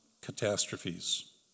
catastrophes